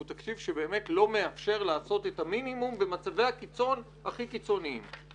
הוא תקציב שבאמת לא מאפשר לעשות את המינימום במצבי הקיצון הכי קיצוניים.